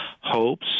hopes